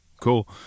Cool